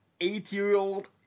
eight-year-old